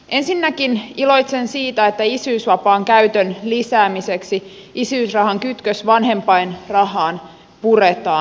ensinnäkin iloitsen siitä että isyysvapaan käytön lisäämiseksi isyysrahan kytkös vanhempainrahaan puretaan